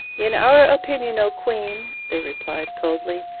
in our opinion, o queen they replied coldly,